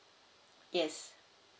yes